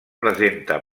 presenta